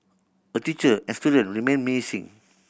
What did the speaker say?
a teacher and student remain missing